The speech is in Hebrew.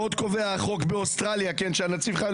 עוד קובע החוק באוסטרליה שהנציב חייב